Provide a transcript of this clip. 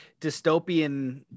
dystopian